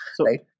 right